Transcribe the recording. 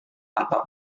tanpa